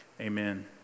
Amen